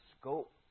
scope